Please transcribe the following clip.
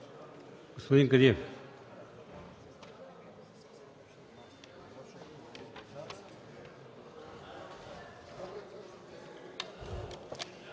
Господин Кадиев.